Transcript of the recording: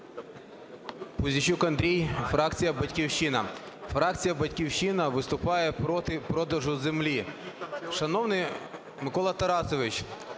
Пузійчук Андрій, фракція "Батьківщина". Фракція "Батьківщина" виступає проти продажу землі. Шановний Миколо Тарасовичу,